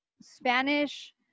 Spanish